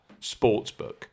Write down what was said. Sportsbook